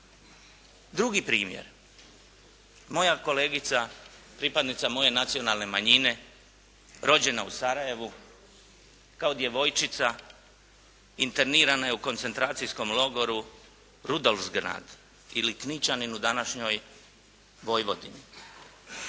Drugi primjer, moja kolegica pripadnica moje nacionalne manjine rođena u Sarajevu kao djevojčica internirana je u koncentracijskom logoru Rudolfsgenad ili kničanin u današnjoj Vojvodini.